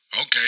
Okay